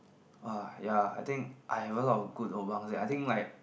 !wah! ya I think I have a lot of good lobangs eh I think like